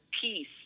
peace